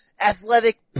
athletic